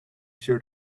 sure